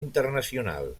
internacional